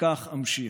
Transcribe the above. וכך אמשיך.